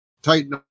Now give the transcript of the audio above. tighten